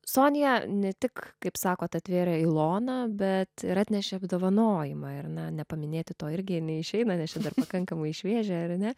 sonija ne tik kaip sakot atvėrė iloną bet ir atnešė apdovanojimą ir na nepaminėti to irgi neišeina nes čia dar pakankamai šviežia ar ne